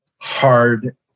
hard